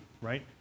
right